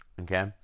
Okay